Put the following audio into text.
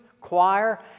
choir